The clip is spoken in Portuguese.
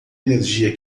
energia